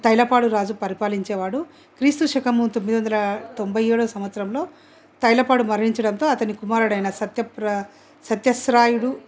తైలపాడు రాజు పరిపాలించేవాడు క్రీస్తుశకము తొమ్మిదివందల తొంభైయేడవ సంవత్సరంలో తైలపాడు మరణించడంతో అతని కుమారుడైన సత్యశ్రాయుడు